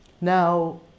now